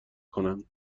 کنند